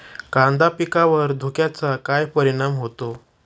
कांदा पिकावर धुक्याचा काय परिणाम होतो?